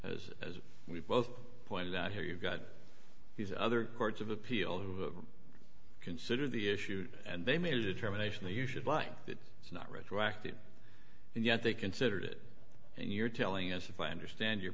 as as we've both pointed out here you've got these other courts of appeal who consider the issue and they made a determination that you should buy it it's not retroactive and yet they considered it and you're telling us if i understand your